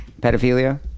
pedophilia